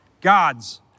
God's